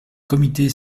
comité